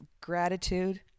gratitude